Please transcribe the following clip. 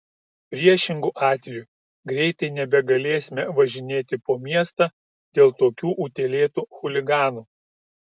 priešingu atveju greitai nebegalėsime važinėti po miestą dėl tokių utėlėtų chuliganų